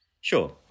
Sure